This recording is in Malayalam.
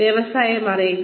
വ്യവസായം അറിയുക